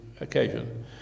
occasion